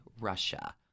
Russia